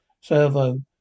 servo